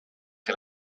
que